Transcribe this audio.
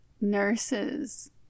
nurses